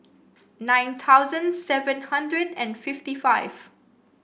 nine thousand seven hundred and fifty five